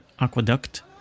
aqueduct